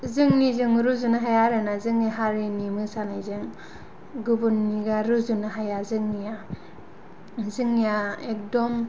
जोंनिजों रुजुनो हाया आरोना जोंनि हारिनि मोसानायजों गुबुननिया रुजुनो हाया जोंनिया जोंनिया एकदम